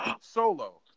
solo